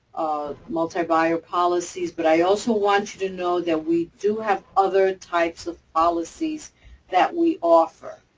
ah, multi-buyer policies. but i also want you to know that we do have other types of policies that we offer.